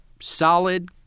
solid